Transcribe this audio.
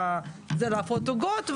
זה לאפות עוגות,